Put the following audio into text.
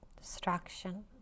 destruction